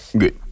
good